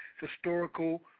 historical